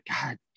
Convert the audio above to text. God